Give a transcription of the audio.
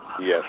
Yes